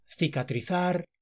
Cicatrizar